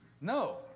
No